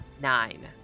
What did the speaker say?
Nine